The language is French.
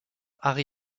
harry